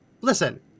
Listen